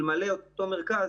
אלמלא אותו מרכז,